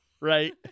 Right